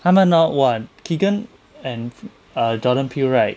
他们 hor !wah! keegan and err jordan peele right